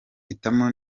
hitamo